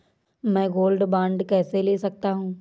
मैं gold bond कैसे ले सकता हूँ?